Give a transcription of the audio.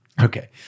Okay